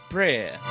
Prayer